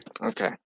Okay